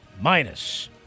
minus